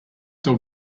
dog